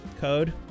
Code